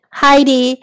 Heidi